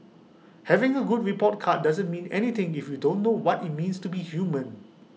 having A good report card doesn't mean anything if you don't know what IT means to be human